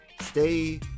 Stay